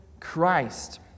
Christ